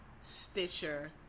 Stitcher